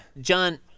John